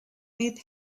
need